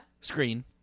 screen